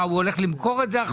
מה, הוא הולך למכור את זה עכשיו?